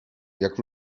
jak